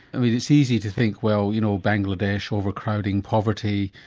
i mean it's easy to think well you know bangladesh over-crowding, poverty,